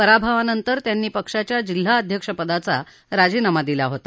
पराभवानंतर त्यांनी पक्षाच्या जिल्हा अध्यक्षपदाचा राजीनामा दिला होता